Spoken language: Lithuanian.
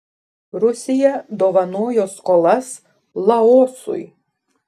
rusija dovanojo skolas laosui